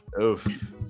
Oof